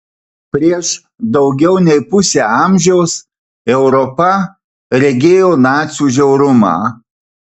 prieš daugiau nei pusę amžiaus europa regėjo nacių žiaurumą